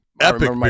epic